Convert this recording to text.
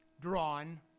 drawn